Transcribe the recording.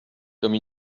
comme